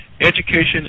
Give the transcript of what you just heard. education